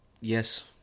Yes